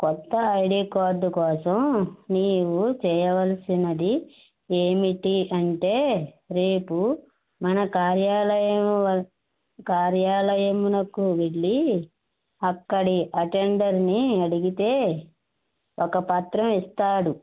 కొత్త ID card కోసం నీవు చేయవలసినది ఏమిటి అంటే రేపు మన కార్యాలయమువ కార్యాలయమునకు వెళ్ళి అక్కడి అటెండర్ని అడిగితే ఒక పత్రం ఇస్తాడు